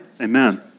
Amen